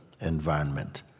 environment